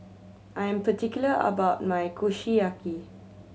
I am particular about my Kushiyaki